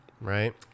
Right